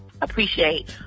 appreciate